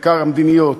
בעיקר המדיניות.